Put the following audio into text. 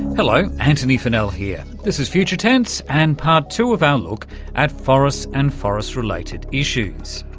hello, antony funnell here, this is future tense, and part two of our look at forests and forest-related issues.